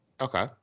Okay